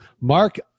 Mark